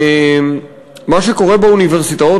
מה שקורה באוניברסיטאות,